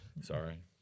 Sorry